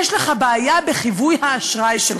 יש לך בעיה בחיווי האשראי שלך.